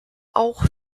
auch